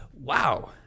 wow